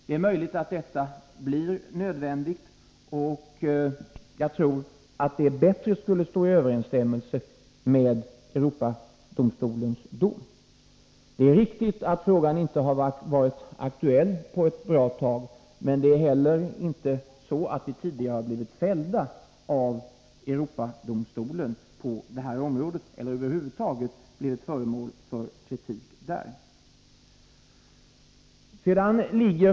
Det är möjligt att detta blir nödvändigt, och jag tror att det bättre skulle stå i överensstämmelse med Europadomstolens dom. Det är riktigt att frågan inte har varit aktuell på ett bra tag, men vi har inte heller tidigare blivit fällda av Europadomstolen på detta område eller över huvud taget blivit föremål för kritik där.